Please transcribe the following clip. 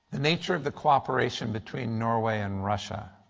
the nature of the cooperation between norway and russia.